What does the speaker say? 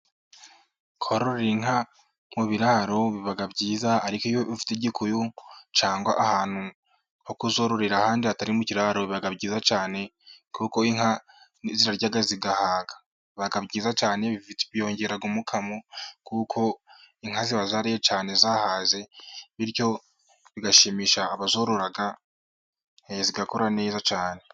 Kororera inka mu biraro biba byiza ariko iyo ufite igikuyu cyangwa ahantu ho kuzororera handi hatari mu kiraro biba byiza cyane kuko inka zirya zigahaga, biba byiza cyane byongerara umukamo kuko inka ziba zariye cyane zahaze bityo bigashimisha abazorora zigakura neza cyane.